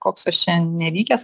koks aš čia nevykęs